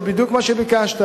זה בדיוק מה שביקשת,